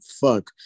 fuck